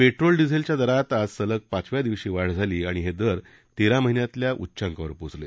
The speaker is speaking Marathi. पेट्रोल डिझेलच्या दरात आज सलग पाचव्या दिवशी वाढ झाली आणि हे दर तेरा महिन्यातल्या उच्चांकावर पोचले